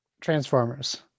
Transformers